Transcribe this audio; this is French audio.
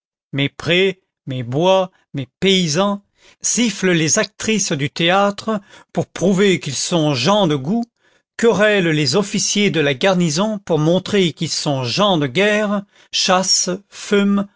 mes prés mes bois mes paysans sifflent les actrices du théâtre pour prouver qu'ils sont gens de goût querellent les officiers de la garnison pour montrer qu'ils sont gens de guerre chassent fument